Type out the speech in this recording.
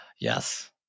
Yes